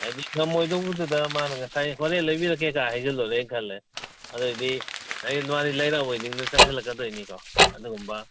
ꯍꯥꯏꯗꯤ ꯉꯝꯃꯣꯏꯗꯧꯕꯗꯨꯗ ꯃꯥꯅ ꯉꯁꯥꯏ ꯍꯣꯔꯦꯟ ꯂꯩꯕꯤꯔꯛꯀꯦꯒꯥꯏ ꯍꯥꯏꯖꯤꯜꯂꯨꯔꯦ ꯈꯜꯂꯦ ꯑꯗꯩꯗꯤ ꯉꯁꯥꯏ ꯃꯥꯗꯤ ꯂꯩꯔꯛꯑꯕꯣꯏ ꯅꯤꯡꯗꯅ ꯆꯪꯖꯤꯜꯂꯛꯀꯗꯣꯏꯅꯤꯀꯣ ꯑꯗꯨꯒꯨꯝꯕ